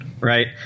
right